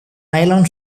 nylon